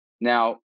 Now